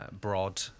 broad